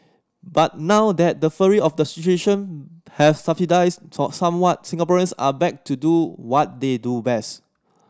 but now that the fury of the situation have subsided saw somewhat Singaporeans are back to do what they do best